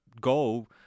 go